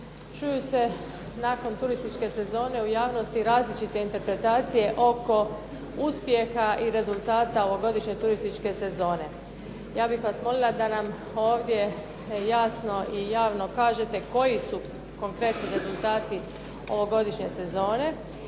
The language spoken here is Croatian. Čuju se nakon turističke sezone u javnosti različite interpretacije oko uspjeha i rezultata ovogodišnje turističke sezone. Ja bih vas molila da nam ovdje jasno i javno kažete koji su konkretno rezultati ovogodišnje sezone?